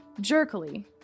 jerkily